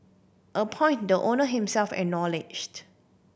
a point the owner himself acknowledged